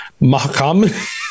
mahakam